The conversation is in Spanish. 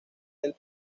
del